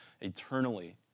eternally